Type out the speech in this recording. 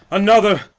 another,